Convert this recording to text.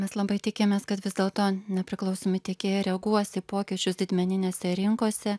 mes labai tikimės kad vis dėlto nepriklausomi tiekėjai reaguos į pokyčius didmeninėse rinkose